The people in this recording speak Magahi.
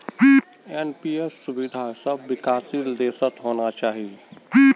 एन.पी.एस सुविधा सब विकासशील देशत होना चाहिए